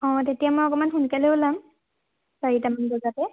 অঁ তেতিয়া মই অকণমান সোনকালে ওলাম চাৰিটামান বজাতে